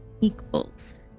equals